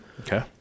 Okay